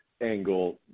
angle